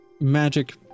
magic